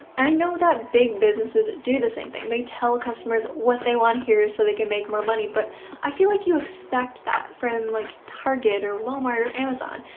i know that big businesses do the same thing, they tell customers what they want to hear so they can make more money, but i feel like you expect that from like target or walmart or amazon,